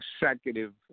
executive